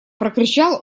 прокричал